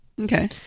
Okay